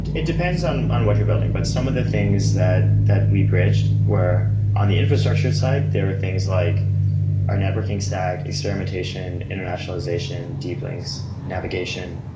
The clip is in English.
it it depends on on what you're building, but some of the things that that we bridged were on the infrastructure side, there were things like our networking stack, experimentation, internationalization, deep links, navigation.